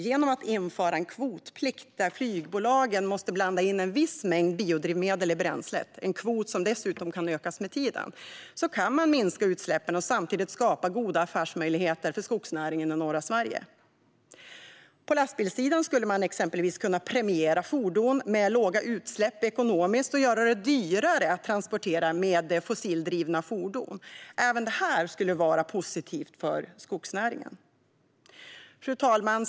Genom att införa en kvotplikt där flygbolagen måste blanda in en viss mängd biodrivmedel i bränslet - en kvot som dessutom kan ökas med tiden - kan man minska utsläppen och samtidigt skapa goda affärsmöjligheter för skogsnäringen i norra Sverige. På lastbilssidan skulle man exempelvis kunna premiera fordon med låga utsläpp ekonomiskt och göra det dyrare att transportera med fossildrivna fordon. Även detta skulle vara positivt för skogsnäringen. Fru talman!